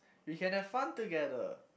we can have fun together